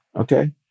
Okay